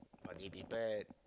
but they prepared